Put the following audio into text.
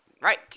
Right